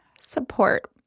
support